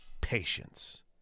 patience